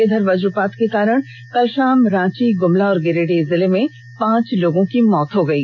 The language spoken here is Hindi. इधर वज्रपात के कारण कल शाम रांची गुमला और गिरिडीह जिले में पांच लोगों की मौत हो गयी